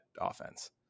offense